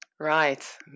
Right